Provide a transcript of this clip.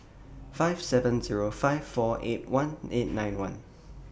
five seven Zero five four eight one eight nine one